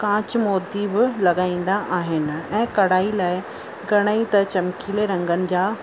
कांच मोती बि लॻाईंदा आहिनि ऐं कढ़ाई लाइ घणेई त चमकीले रंगनि जा